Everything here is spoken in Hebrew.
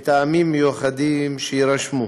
מטעמים מיוחדים שיירשמו.